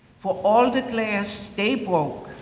for all that last, day broke.